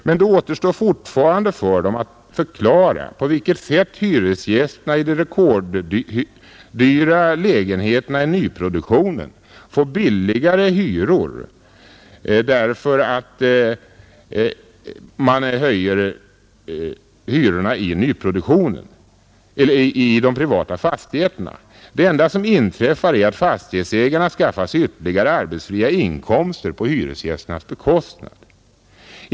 Men det återstår fortfarande för dem att förklara på vilket sätt hyresgästerna i de rekorddyra lägenheterna i nyproduktionen får billigare hyror: genom att de privata fastighetsägarna kan höja hyrorna i det privata äldre fastighetsbeståndet. Det enda som inträffar är att fastighetsägarna skaffar sig ytterligare arbetsfria inkomster på hyresgästernas bekostnad.